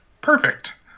perfect